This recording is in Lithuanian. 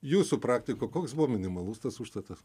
jūsų praktika koks buvo minimalus tas užstatas